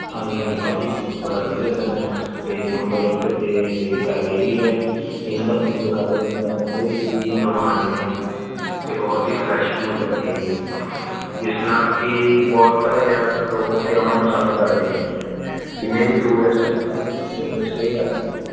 ਹਾਂਜੀ ਹਾਂਜੀ ਭਾਅ ਜੀ ਫੂਡ ਬੜਾ ਵਧੀਆ ਦਿੰਦੇ ਹੈ ਅਤੇ ਨੰਬਰ ਇੱਕ 'ਤੇ ਗੱਲ ਇਹ ਵੀ ਹੈ ਇਹਨਾਂ ਦਾ ਫੂਡ ਖਾ ਕੇ ਬੰਦਾ ਕਦੇ ਵੀ ਬਿਮਾਰ ਨਹੀਂ ਹੁੰਦਾ ਅਤੇ ਬਹੁਤ ਹੀ ਫਰੈਸ਼ ਫੂਡ ਦਿੰਦੇ ਹੈ ਜੀ ਜਿਸ ਨਾਲ ਕਿ ਬਹੁਤ ਜ਼ਿਆਦਾਤਰ ਲੋਕ ਇਕੱਠੇ ਹੋਣਾ ਪਸੰਦ ਕਰਦੇ ਨੇ ਜੀ ਜਿੰਨੇ ਵੀ ਟੂਰੈਸਟ ਸਾਰੇ ਇੱਥੇ ਆ ਕੇ ਸਟੇਅ ਕਰਦੇ ਨੇ